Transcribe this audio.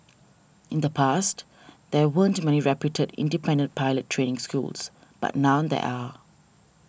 in the past there weren't many reputed independent pilot training schools but now there are